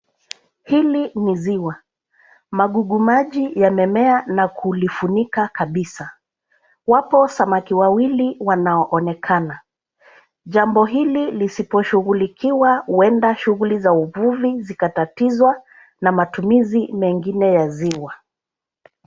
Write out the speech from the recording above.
Hili ni ziwa. Magugu maji yanamea na kulifunika kabisa. Wapo samaki wawili wanaoonekana. Jambo hili lisiposhughulikiwa huenda shughuli za uvuvi zikatatizwa na matumizi mengine ya ziwa.